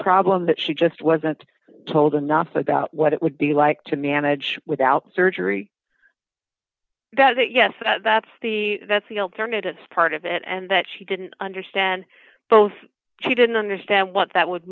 problem that she just wasn't told enough about what it would be like to manage without surgery that yes that's the that's the alternative part of it and that she didn't understand both she didn't understand what that would